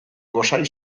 gosari